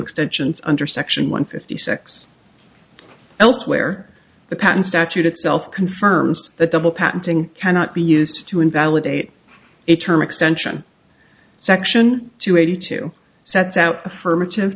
extensions under section one fifty six elsewhere the patent statute itself confirms that double patenting cannot be used to invalidate a term extension section two eighty two sets out affirmative